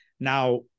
Now